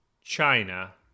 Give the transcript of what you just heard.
China